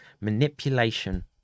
manipulation